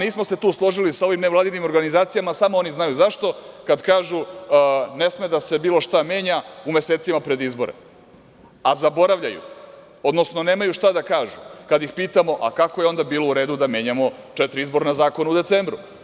Nismo se tu složili sa ovim nevladinim organizacijama, samo oni znaju zašto, kada kažu – ne sme da se bilo šta menja u mesecima pred izbore, a zaboravljaju, odnosno nemaju šta da kažu kada ih pitamo – kako je onda bilo u redu da menjamo četiri izborna zakona u decembru?